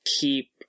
keep